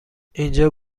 اینجا